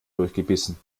durchgebissen